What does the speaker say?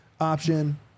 option